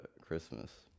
Christmas